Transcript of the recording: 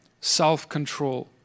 self-control